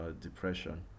depression